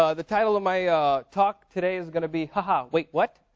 ah the title of my talk today is going to be haha, wait what?